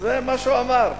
זה מה שהוא אמר.